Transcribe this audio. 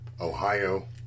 Ohio